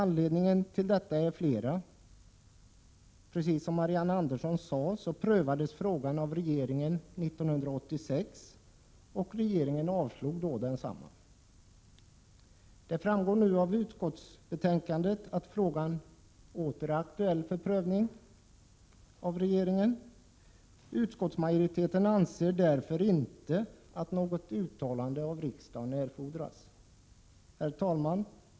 Anledningarna till detta är flera. Precis som Marianne Andersson sade prövades tanken av regeringen 1986 och avvisades då. Det framgår av utskottsbetänkandet att frågan åter är aktuell för prövning av regeringen. Utskottsmajoriteten anser därför inte att något uttalande av riksdagen erfordras. Herr talman!